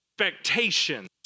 expectations